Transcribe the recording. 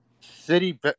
City